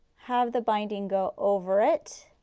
have the binding go over it.